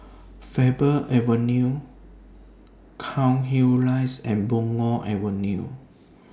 Faber Avenue Cairnhill Rise and Punggol Avenue